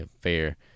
fair